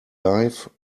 life